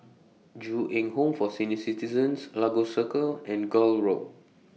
Ju Eng Home For Senior Citizens Lagos Circle and Gul Road